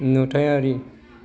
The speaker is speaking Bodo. नुथायारि